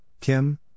Kim